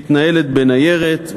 מתנהלת בניירת,